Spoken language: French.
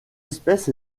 espèce